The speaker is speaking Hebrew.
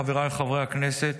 חבריי חברי הכנסת,